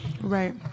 Right